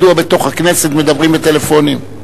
מדוע בתוך הכנסת מדברים בטלפונים?